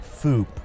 Foop